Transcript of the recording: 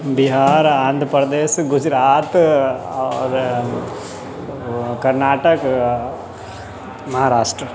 बिहार आंध्रप्रदेश गुजरात आओर कर्नाटक आओर महाराष्ट्र